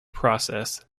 process